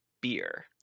beer